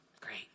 great